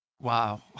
Wow